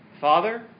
Father